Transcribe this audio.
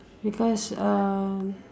because um